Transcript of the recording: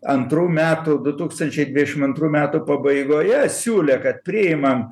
antrų metų du tūkstančiai dvidešim antrų metų pabaigoje siūlė kad priimam